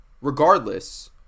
regardless